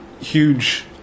huge